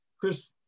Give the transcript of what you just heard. chris